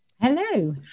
Hello